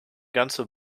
ganze